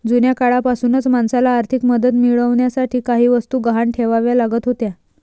जुन्या काळापासूनच माणसाला आर्थिक मदत मिळवण्यासाठी काही वस्तू गहाण ठेवाव्या लागत होत्या